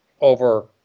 over